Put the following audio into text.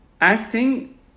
acting